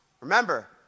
Remember